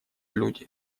люди